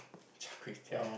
char-kway-teow